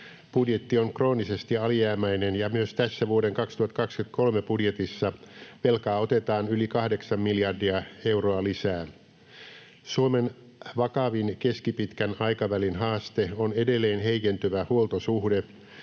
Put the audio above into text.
Budjetti on kroonisesti alijäämäinen, ja myös tässä vuoden 2023 budjetissa velkaa otetaan yli 8 miljardia euroa lisää. Suomen vakavin keskipitkän aikavälin haaste on edelleen heikentyvä huoltosuhde